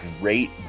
great